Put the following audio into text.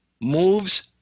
moves